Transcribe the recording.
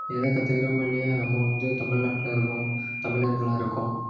எதக் கற்றுக்குறமோ இல்லையோ நம்ம வந்து தமிழ்நாட்டில் இருக்கோம் தமிழர்களாக இருக்கோம்